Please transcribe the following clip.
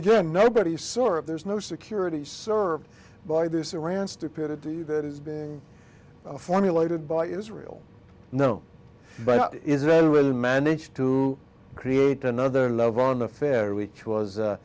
again nobody is sore if there is no security served by this around stupidity that has been formulated by israel no but israel will manage to create another lover on affair which was